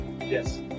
Yes